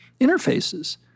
interfaces